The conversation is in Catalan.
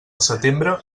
setembre